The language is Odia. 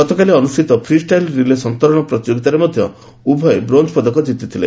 ଗତକାଲି ଅନୁଷ୍ଷିତ ଫ୍ରିଷ୍ଟାଇଲ୍ ରିଲେ ସନ୍ତରଣ ପ୍ରତିଯୋଗିତାରେ ମଧ୍ଧ ଉଭୟ ବ୍ରୋଞ ପଦକ କିତିଥିଲେ